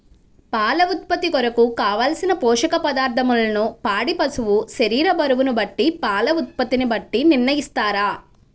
పాల ఉత్పత్తి కొరకు, కావలసిన పోషక పదార్ధములను పాడి పశువు శరీర బరువును బట్టి పాల ఉత్పత్తిని బట్టి నిర్ణయిస్తారా?